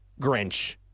Grinch